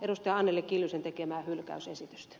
anneli kiljusen tekemää hylkäysesitystä